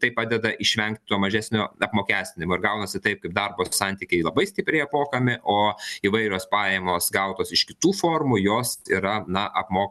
tai padeda išvengti to mažesnio apmokestinimo ir gaunasi taip kaip darbo santykiai labai stipriai apmokami o įvairios pajamos gautos iš kitų formų jos yra na apmo